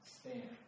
stand